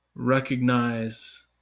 recognize